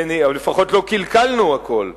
לפחות לא קלקלנו הכול.